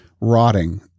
rotting